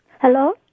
Hello